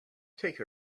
take